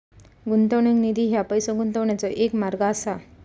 गुंतवणूक निधी ह्या पैसो गुंतवण्याचो एक मार्ग असा